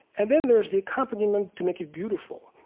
and then there's the accompaniment to make it beautiful.